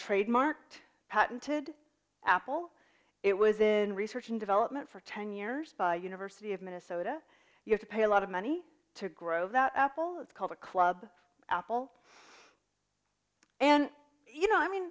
trademarked patented apple it was in research and development for ten years university of minnesota you have to pay a lot of money to grow that apple it's called a club apple and you know i mean